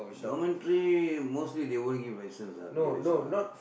dormitory mostly they won't give license ah beer license ah (uh huh)